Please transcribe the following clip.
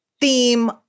theme